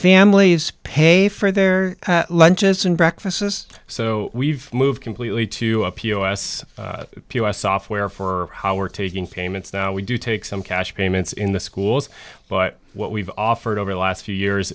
families pay for their lunches and breakfast so we've moved completely to a pos pos software for how we're taking payments now we do take some cash payments in the schools but what we've offered over the last few years